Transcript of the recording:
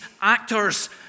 actors